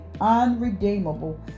unredeemable